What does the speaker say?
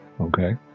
Okay